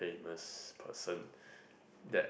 famous person that